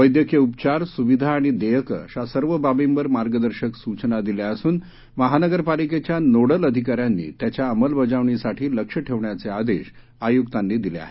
वैद्यकीय उपचार सुविधा आणि देयकं अशा सर्व बाबींवर मार्गदर्शक सूचना दिल्या असून महानगरपालिकेच्या नोडल अधिकाऱ्यांनी त्याच्या अंमलबजावणीवर लक्ष ठेवण्याचे आदेश आयुक्तांनी दिले आहेत